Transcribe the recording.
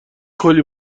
کولی